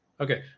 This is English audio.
Okay